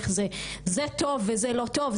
זה טוב וזה לא טוב,